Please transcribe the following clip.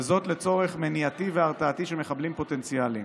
לצורך מניעתי והרתעתי של מחבלים פוטנציאליים.